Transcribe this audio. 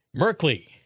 Merkley